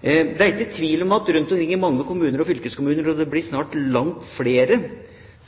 Det er ikke tvil om at rundt omkring i mange kommuner og fylkeskommuner – og det blir snart i langt flere